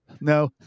no